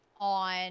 on